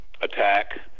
attack